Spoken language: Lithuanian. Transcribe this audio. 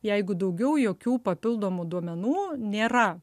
jeigu daugiau jokių papildomų duomenų nėra